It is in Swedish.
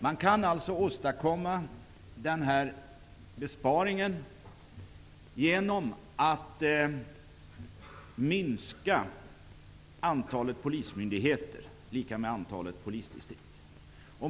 Man kan åstadkomma denna besparing genom att minska antalet polismyndigheter = antalet polisdistrikt.